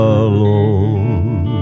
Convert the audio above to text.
alone